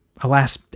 Alas